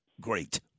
great